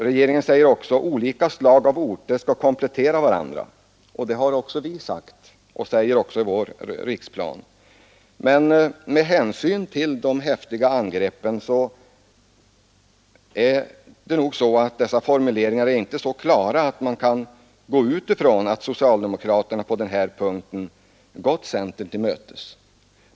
Regeringen säger vidare att olika slag av orter skall komplettera varandra. Det har också vi sagt, och vi säger det även i vår riksplan. Men med tanke på de häftiga angreppen är nog dessa formuleringar inte så klara att man kan utgå från att socialdemokraterna på denna punkt gått centern till mötes.